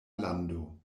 lando